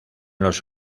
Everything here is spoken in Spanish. los